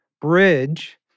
bridge